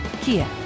Kia